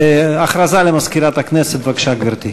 הודעה למזכירת הכנסת, בבקשה, גברתי.